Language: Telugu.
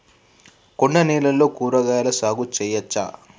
కొండ నేలల్లో కూరగాయల సాగు చేయచ్చా?